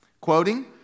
Quoting